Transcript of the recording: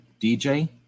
DJ